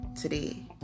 today